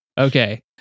Okay